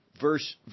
Verse